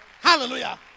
Hallelujah